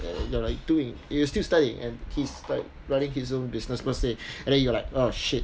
you're like doing you still studying and he's like running his own business per se and then you are like oh shit